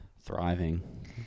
Thriving